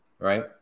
right